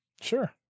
Sure